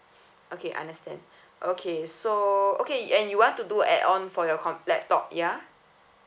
okay I understand okay so okay and you want to do add on for your com~ laptop ya